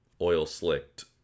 oil-slicked